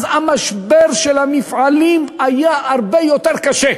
אז המשבר של המפעלים היה הרבה יותר קשה.